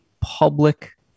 public